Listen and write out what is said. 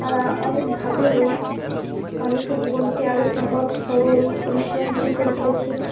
তারা অনেকভাবেই মানুষের জীবনকে আরও সহজ সরল পরিশ্রমহীন করে তুলেছে